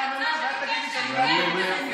ואל תגידי את המילה "פדופיליה".